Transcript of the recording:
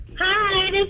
Hi